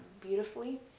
beautifully